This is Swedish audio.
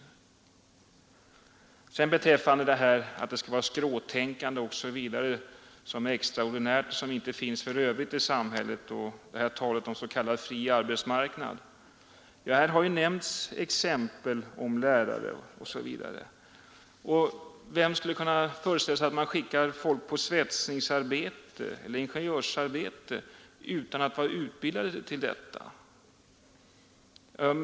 Vad sedan beträffar skråtänkandet, som skulle vara extraordinärt och som inte finns i samhället i övrigt, samt talet om s.k. fri arbetsmarknad vill jag anföra att här bl.a. har nämnts lärare. Vem skulle kunna föreställa sig att skicka människor på svetsningsarbete eller ingenjörsarbete utan att de är utbildade för detta?